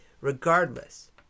regardless